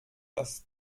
das